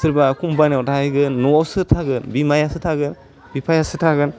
सोरबा कम्पानियाव थाहैगोन न'वाव सोर थागोन बिमायासो थागोन बिफायासो थागोन